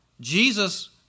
Jesus